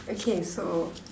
okay so